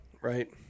Right